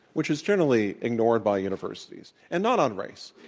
which is generally ignored by universities and not on race.